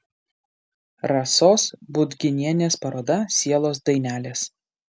rasos budginienės paroda sielos dainelės